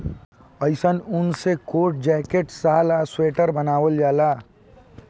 अइसन ऊन से कोट, जैकेट, शाल आ स्वेटर बनावल जाला